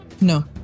No